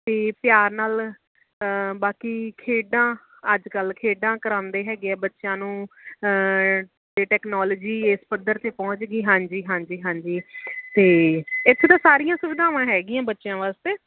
ਅਤੇ ਪਿਆਰ ਨਾਲ ਬਾਕੀ ਖੇਡਾਂ ਅੱਜ ਕੱਲ੍ਹ ਖੇਡਾਂ ਕਰਾਉਂਦੇ ਹੈਗੇ ਆ ਬੱਚਿਆਂ ਨੂੰ ਜੇ ਟੈਕਨੋਲੋਜੀ ਇਸ ਪੱਧਰ 'ਤੇ ਪਹੁੰਚ ਗਈ ਹਾਂਜੀ ਹਾਂਜੀ ਅਤੇ ਇੱਥੇ ਤਾਂ ਸਾਰੀਆਂ ਸੁਵਿਧਾਵਾਂ ਹੈਗੀਆਂ ਬੱਚਿਆਂ ਵਾਸਤੇ